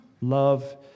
Love